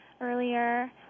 earlier